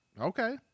Okay